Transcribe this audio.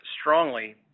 strongly